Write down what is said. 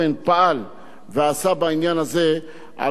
ועל כך הוא ראוי לברכה ולהערכה.